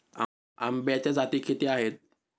आंब्याच्या जाती किती आहेत?